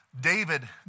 David